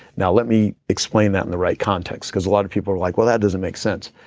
now let me explain that in the right context because a lot of people are like, well, that doesn't make sense.